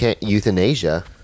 Euthanasia